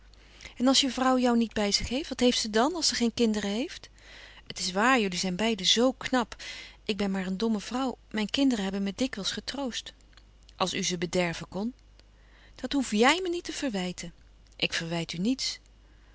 en als je vrouw jou niet bij zich heeft wat heeft ze dan als ze louis couperus van oude menschen de dingen die voorbij gaan geen kinderen heeft het is waar jullie zijn beiden zoo knap ik ben maar een domme vrouw mijn kinderen hebben me dikwijls getroost als u ze bederven kon dat hoef jij me niet te verwijten ik verwijt u niets